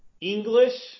English